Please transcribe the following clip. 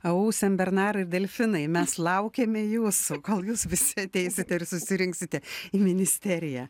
au senbernarai ir delfinai mes laukiame jūsų kol jūs visi ateisite ir susirinksite į ministeriją